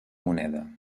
moneda